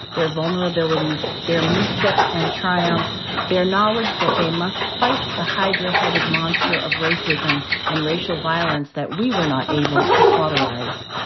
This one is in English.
their vulnerability, their missteps and triumphs, their knowledge that they must fight the hydra-headed monster of racism and racial violence that we were not able to cauterize,